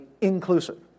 inclusive